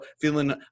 feeling